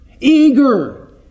eager